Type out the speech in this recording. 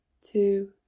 two